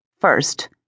First